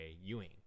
Ewing